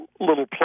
little